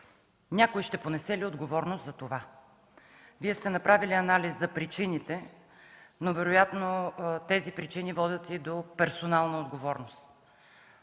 някой ще понесе ли отговорност за това? Вие сте направили анализ за причините, но вероятно тези причини водят и до персонална отговорност.